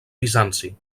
bizanci